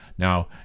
Now